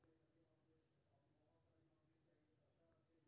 गर्मी, पानिक कमी या बीमारी सं पौधाक दृढ़ताक नोकसान कें मुरझेनाय कहल जाइ छै